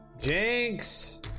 Jinx